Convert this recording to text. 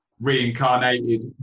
reincarnated